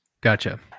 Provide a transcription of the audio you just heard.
Gotcha